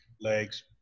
Legs